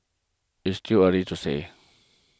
it's still early to say